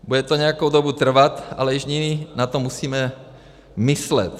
Bude to nějakou dobu trvat, ale již nyní na to musíme myslet.